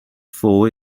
four